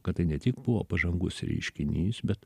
kad tai ne tik buvo pažangus reiškinys bet